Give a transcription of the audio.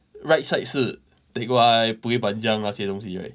right side 是 teck whye bukit panjang 那些东西 right